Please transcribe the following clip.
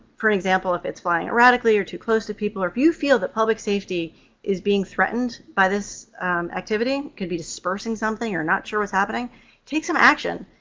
for an example, if it's flying erratically or too close to people or if you feel that public safety is being threatened by this activity could be dispersing something or not sure what's happening take some action.